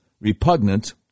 repugnant